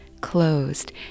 closed